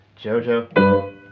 Jojo